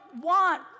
want